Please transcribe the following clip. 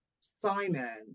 Simon